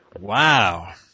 Wow